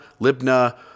Libna